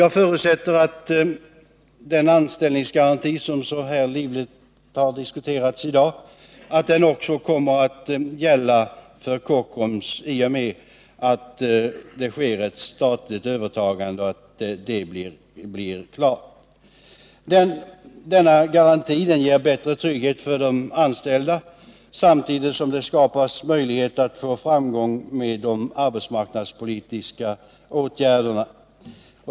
Jag förutsätter att den anställningsgaranti som så livligt har diskuterats i dag också kommer att gälla för Kockums i och med att det statliga övertagandet blir klart. Denna garanti ger bättre trygghet för de anställda samtidigt som det skapas möjlighet att nå framgång med de arbetsmarknadspolitiska åtgärderna.